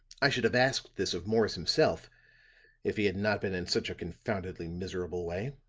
i should have asked this of morris himself if he had not been in such a confoundedly miserable way.